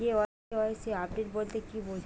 KYC update বলতে কি বোঝায়?